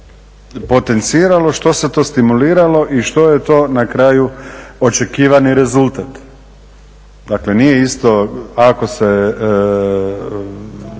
potenciralo, što se to stimuliralo i što je to na kraju očekivani rezultat? Dakle, nije isto ako se